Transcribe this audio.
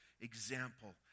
example